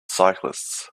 cyclists